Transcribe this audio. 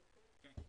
שתי דקות, בבקשה.